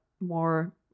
more